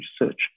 research